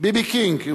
ביבי קינג.